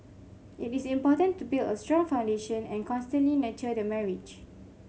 it is important to build a strong foundation and constantly nurture the marriage